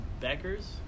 Beckers